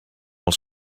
els